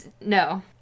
no